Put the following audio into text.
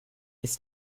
ist